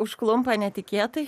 užklumpa netikėtai